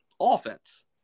offense